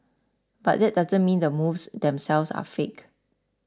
but that doesn't mean the moves themselves are fake